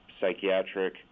psychiatric